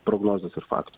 prognozės ir faktų